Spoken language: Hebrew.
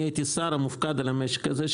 אני הייתי שר המופקד על המשק הזה,